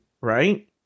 right